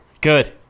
Good